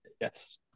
yes